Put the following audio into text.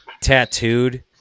tattooed